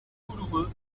douloureux